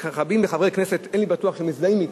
ואני בטוח שרבים מחברי הכנסת מזדהים אתי,